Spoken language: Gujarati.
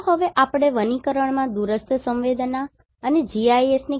ચાલો હવે આપણે વનીકરણમાં દૂરસ્થ સંવેદનાઅને GIS